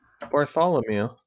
Bartholomew